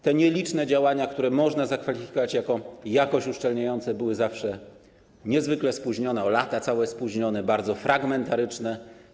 Te nieliczne działania, które można zakwalifikować jako jakoś uszczelniające, były zawsze niezwykle spóźnione, o całe lata spóźnione, bardzo fragmentaryczne.